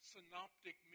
Synoptic